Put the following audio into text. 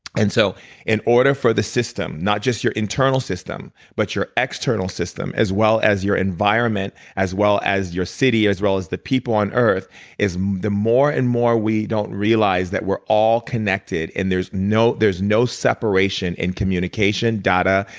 and so in order for the system not just your internal system but your external system, as well as your environment as well as your city, as well as the people on earth is the more and more we don't realize that we're all connected. and there's no there's no separation in communication, data,